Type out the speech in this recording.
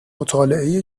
مطالعه